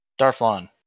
Darflon